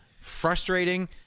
frustrating